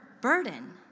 burden